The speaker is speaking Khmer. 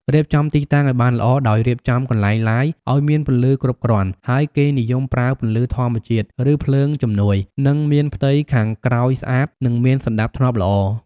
រៀបចំទីតាំងឲ្យបានល្អ ដោយរៀបចំកន្លែង Live ឲ្យមានពន្លឺគ្រប់គ្រាន់ ហើយគេនិយមប្រើពន្លឺធម្មជាតិ ឬភ្លើងជំនួយ និងមានផ្ទៃខាងក្រោយស្អាត និងមានសណ្តាប់ធ្នាប់ល្អ។